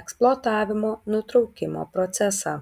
eksploatavimo nutraukimo procesą